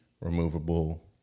removable